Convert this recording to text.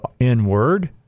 N-word